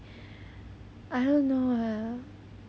I don't know eh